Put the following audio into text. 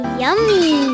yummy